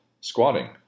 squatting